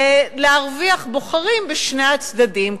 ולהרוויח בוחרים בשני הצדדים,